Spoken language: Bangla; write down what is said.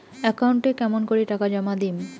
একাউন্টে কেমন করি টাকা জমা দিম?